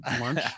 lunch